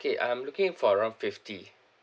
okay I'm looking for around fifty